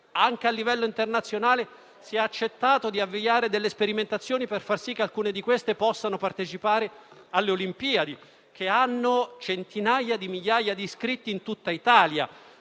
anche a livello internazionale, si è accettato di avviare sperimentazioni per far sì che alcune possano partecipare alle Olimpiadi; hanno centinaia di migliaia di iscritti in tutta Italia